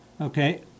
Okay